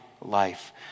life